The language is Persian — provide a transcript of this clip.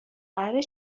قراره